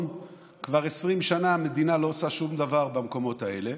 כבר 20 שנה המדינה לא עושה שום דבר במקומות האלה,